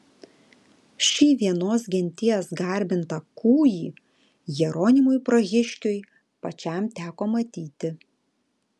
šį vienos genties garbintą kūjį jeronimui prahiškiui pačiam teko matyti